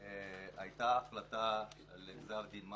הייתה החלטה על גזר דין מוות,